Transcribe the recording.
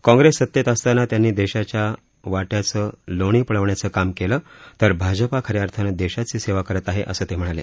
काँग्रेस सत्तेत असताना त्यांनी देशाच्या वाट्याचं लोणी पळवण्याचं काम केलं तर भाजपा खऱ्या अर्थानं देशाची सेवा करत आहे असं ते म्हणाले